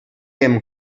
hem